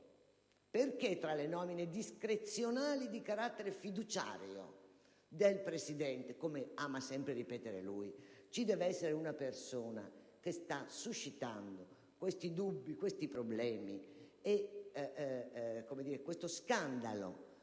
perché tra le nomine discrezionali di carattere fiduciario del Presidente - come ama sempre ripetere lui - ci debba essere una persona che sta suscitando questi dubbi, queste perplessità e questo scandalo